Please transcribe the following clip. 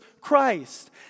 Christ